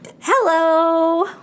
Hello